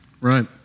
Right